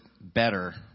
better